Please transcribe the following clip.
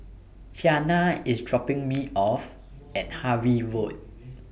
Qiana IS dropping Me off At Harvey Road